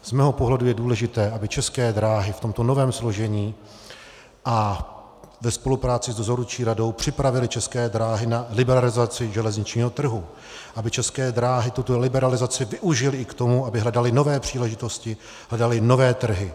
Z mého pohledu je důležité, aby České dráhy v tomto novém složení a ve spolupráci s dozorčí radou připravily České dráhy na liberalizaci železničního trhu, aby České dráhy tuto liberalizaci využily i k tomu, aby hledaly nové příležitosti, hledaly nové trhy.